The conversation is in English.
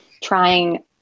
trying